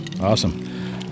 awesome